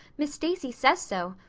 miss stacy says so.